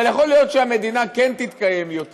אבל יכול להיות שהמדינה כן תתקיים יותר,